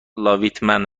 لاویتمن